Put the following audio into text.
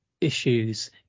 issues